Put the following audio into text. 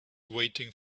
waiting